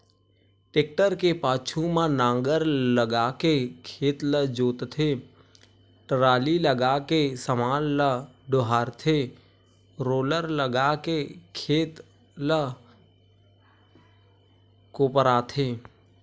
tractor के पाछू म नांगर लगाके खेत ल जोतथे, टराली लगाके समान ल डोहारथे रोलर लगाके खेत ल कोपराथे